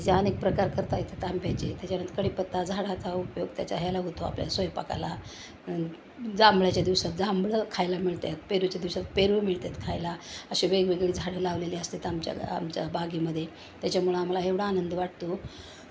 असे अनेक प्रकार करता येते आंब्याचे त्याच्यानंतर कडीपत्ता झाडाचा उपयोग त्याचा ह्याला होतो आपल्या स्वयंपाकाला जांभळाच्या दिवसात जांभळं खायला मिळतात पेरूच्या दिवसात पेरू मिळतात खायला असे वेगवेगळी झाडं लावलेले असतात आमच्या आमच्या बागेमध्ये त्याच्यामुळं आम्हाला एवढा आनंद वाटतो